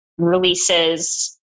releases